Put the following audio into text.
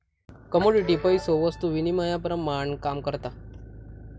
commodity पैसो वस्तु विनिमयाप्रमाण काम करता